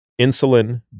Insulin